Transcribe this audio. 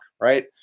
Right